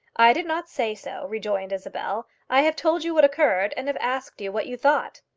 i did not say so, rejoined isabel. i have told you what occurred, and have asked you what you thought.